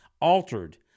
altered